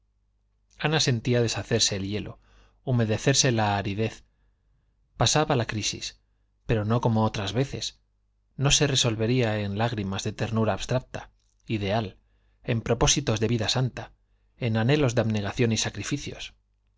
ana sentía deshacerse el hielo humedecerse la aridez pasaba la crisis pero no como otras veces no se resolvería en lágrimas de ternura abstracta ideal en propósitos de vida santa en anhelos de abnegación y sacrificios